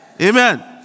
Amen